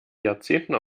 jahrzehnten